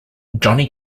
john